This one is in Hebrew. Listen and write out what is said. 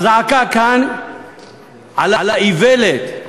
הזעקה כאן על האיוולת,